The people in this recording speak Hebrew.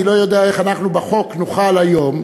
אני לא יודע איך אנחנו בחוק נוכל היום,